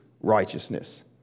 Righteousness